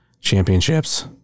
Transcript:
championships